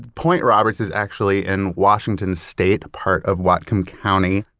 point roberts is actually in washington state, part of watkin county.